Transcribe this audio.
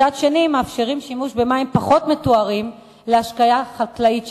מצד שני מאפשרים שימוש במים פחות מטוהרים להשקיה חקלאית,